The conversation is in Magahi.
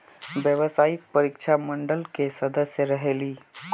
व्यावसायिक परीक्षा मंडल के सदस्य रहे ली?